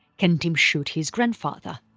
can tim shoot his grandfather?